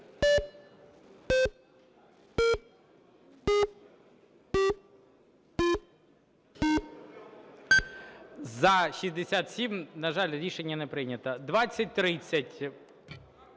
За-67 На жаль, рішення не прийнято. 2030,